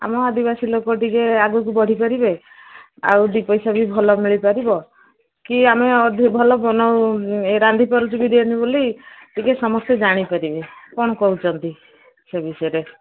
ଆମ ଆଦିବାସୀ ଲୋକ ଟିକେ ଆଗକୁ ବଢ଼ିପାରିବେ ଆଉ ଦୁଇ ପଇସା ବି ଭଲ ମିଳିପାରିବ କି ଆମେ ମଧ୍ୟ ଭଲ ବନଉ ରାନ୍ଧିପାରୁଛୁ ବିରିୟାନୀ ବୋଲି ଟିକେ ସମସ୍ତେ ଜାଣିପାରିବେ କ'ଣ କହୁଛନ୍ତି ସେ ବିଷୟରେ